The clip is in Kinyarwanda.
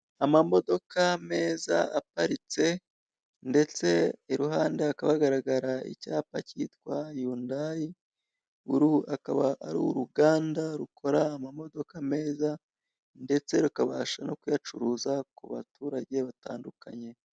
Amamodoka meza aparitse ndetse iruhande hakaba hagaragara icyapa cyitwa Yundayi, uru akaba ari uruganda rukora amamodoka meza ndetse rukabasha no kuyacuruza ku baturage batandukanye.